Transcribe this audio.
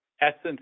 essence